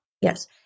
yes